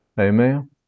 Amen